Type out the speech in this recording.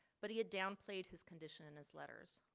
but he had downplayed his condition in his letters.